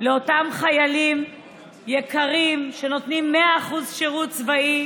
לאותם חיילים יקרים שנותנים 100% שירות צבאי